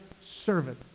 servant